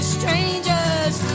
strangers